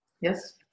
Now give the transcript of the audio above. Yes